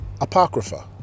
Apocrypha